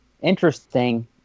interesting